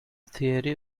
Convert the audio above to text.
theory